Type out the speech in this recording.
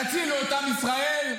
תצילו את עם ישראל?